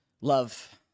love